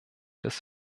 des